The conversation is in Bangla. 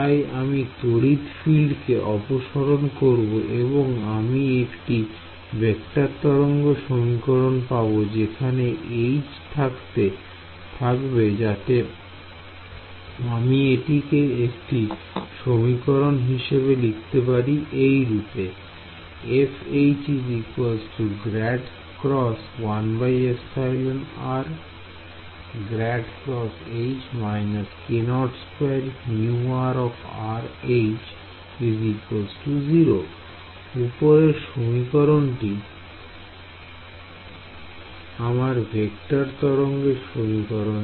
তাই আমি তড়িৎ ফিল্ড কে অপসারণ করব এবং আমি একটি ভেক্টর তরঙ্গ সমীকরণ পাব যেখানে H থাকবে যাতে আমি এটিকে একটি সমীকরণে লিখতে পারি এইরূপে উপরের সমীকরণটি আমার ভেক্টর তরঙ্গ সমীকরণ